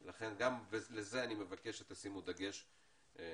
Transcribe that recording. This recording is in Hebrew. לכן גם על זה אני מבקש שתשימו דגש בצה"ל.